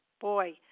Boy